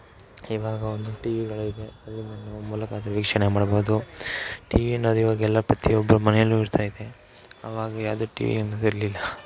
ಇವಾಗ ಒಂದು ಟಿವಿಗಳಿದೆ ಅದ್ರಿಂದ ನಾವು ಮೂಲಕ ಅದ್ರ ವೀಕ್ಷಣೆ ಮಾಡ್ಬೋದು ಟಿವಿ ಅನ್ನೋದು ಇವಾಗೆಲ್ಲ ಪ್ರತಿಯೊಬ್ರು ಮನೆಯಲ್ಲೂ ಇರ್ತೈತೆ ಆವಾಗ ಯಾವ್ದು ಟಿವಿ ಅನ್ನೋದು ಇರಲಿಲ್ಲ